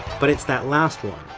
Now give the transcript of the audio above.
but it's that last one,